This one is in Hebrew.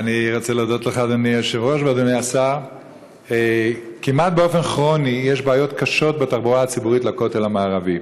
אדוני היושב-ראש, זה קורה להרבה אנשים, ולכבוד לי.